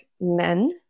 men